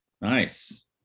Nice